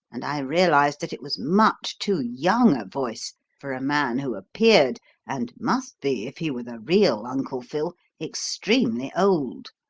and i realised that it was much too young a voice for a man who appeared and must be, if he were the real uncle phil' extremely old